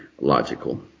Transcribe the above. Logical